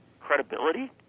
credibility